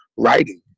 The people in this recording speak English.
writing